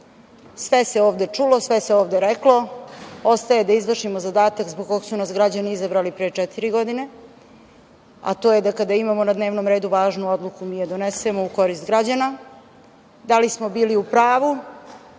sve se ovde čulo, sve se ovde reklo, ostaje da izvršimo zadatak zbog kog su nas građani izabrali pre četiri godine, a to je da kada imamo na dnevnom redu važnu odluku mi je donesemo u korist građana. Da li smo bili u pravu,